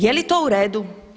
Jeli to uredu?